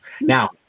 Now